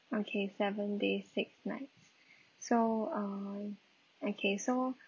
okay seven days six nights so um okay so